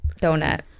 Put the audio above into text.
Donut